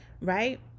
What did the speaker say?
right